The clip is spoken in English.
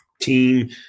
team